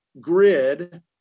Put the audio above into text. grid